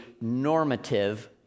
normative